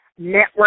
Network